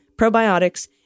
probiotics